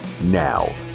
Now